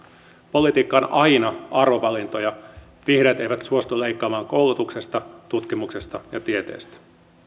politiikka on aina arvovalintoja vihreät eivät suostu leikkaamaan koulutuksesta tutkimuksesta ja tieteestä